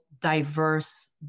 diverse